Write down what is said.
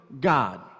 God